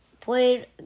Played